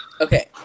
Okay